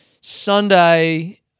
Sunday